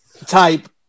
type